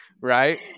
right